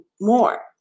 more